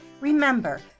remember